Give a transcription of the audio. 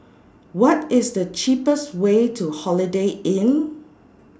What IS The cheapest Way to Holiday Inn